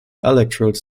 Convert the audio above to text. electrodes